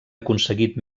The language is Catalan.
aconseguit